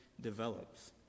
develops